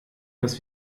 dass